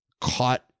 caught